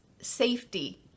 safety